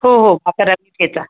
हो हो अकरा तारखेचा